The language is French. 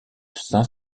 saint